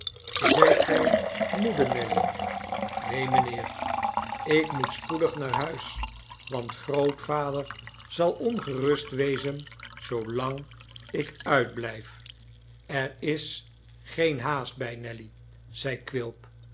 zijt gij moede nelly neen mijnheer ik moet spoedig naar huis want grootvader zal ongerust wezen zoolang ik uitblijf er is geen haast by nelly zeide quilp